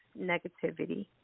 negativity